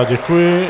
Děkuji.